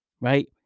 Right